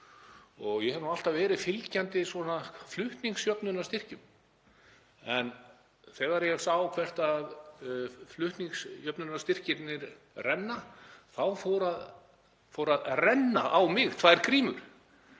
og ég hef alltaf verið fylgjandi flutningsjöfnunarstyrkjum. En þegar ég sá hvert flutningsjöfnunarstyrkirnir renna þá fóru að renna á mig tvær grímur